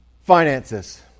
finances